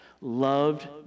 loved